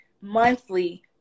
monthly